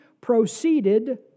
proceeded